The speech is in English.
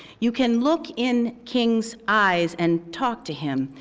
you can look in king's eyes and talk to him.